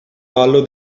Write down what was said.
ballo